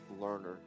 learner